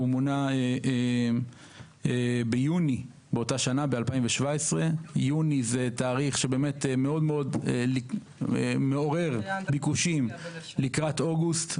הוא מונה ביוני 2017. יוני זה תאריך שמאוד מעורר ביקושים לקראת אוגוסט.